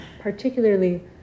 particularly